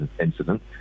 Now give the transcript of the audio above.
incident